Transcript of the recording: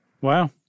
Wow